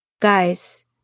Guys